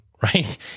right